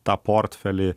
tą portfelį